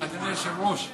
השר אריה דרעי ביקש,